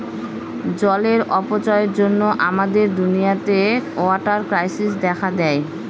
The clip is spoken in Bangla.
জলের অপচয়ের জন্য আমাদের দুনিয়াতে ওয়াটার ক্রাইসিস দেখা দেয়